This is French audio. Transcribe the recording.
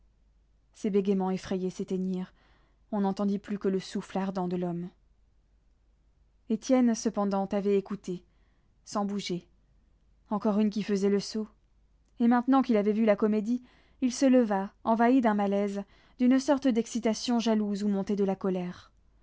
ses bégaiements effrayés s'éteignirent on n'entendit plus que le souffle ardent de l'homme étienne cependant avait écouté sans bouger encore une qui faisait le saut et maintenant qu'il avait vu la comédie il se leva envahi d'un malaise d'une sorte d'excitation jalouse où montait de la colère